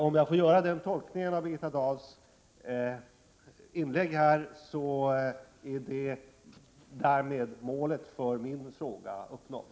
Om jag får göra den tolkningen av Birgitta Dahls inlägg här, så är därmed målet för min fråga uppnått.